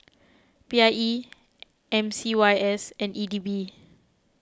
P I E M C Y S and E D B